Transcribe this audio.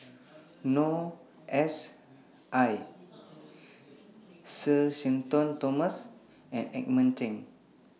Noor S I Sir Shenton Thomas and Edmund Cheng